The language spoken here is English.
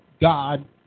God